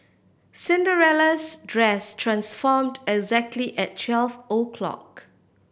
Cinderella's dress transformed exactly at twelve o'clock